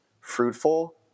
fruitful